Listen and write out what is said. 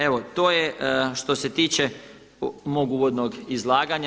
Evo, to je što se tiče mog uvodnog izlaganja.